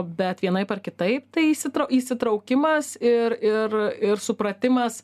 bet vienaip ar kitaip tai įsi įsitraukimas ir ir ir supratimas